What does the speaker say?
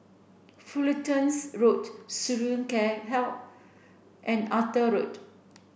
Fullertons Road Student Care Health and Arthur Road